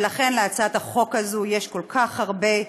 ולכן להצעת החוק הזאת יש כל כך הרבה,